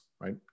right